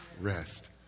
Rest